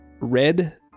red